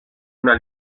una